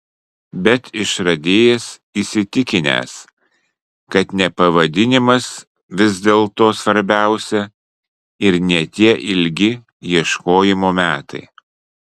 bet išradėjas įsitikinęs kad ne pavadinimas vis dėlto svarbiausia ir ne tie ilgi ieškojimo metai